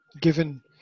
Given